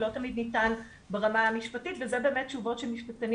לא תמיד ניתן ברמה המשפטית וזה באמת תשובות שמשפטנים